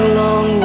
long